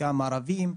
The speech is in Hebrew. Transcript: חלקם ערבים,